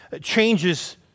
changes